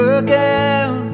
again